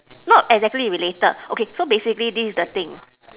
not exactly related okay so basically this is the thing